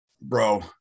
bro